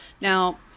Now